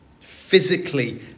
physically